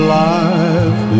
life